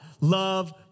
Love